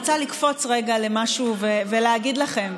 אני רוצה לקפוץ רגע למשהו ולהגיד לכם.